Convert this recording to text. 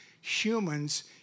humans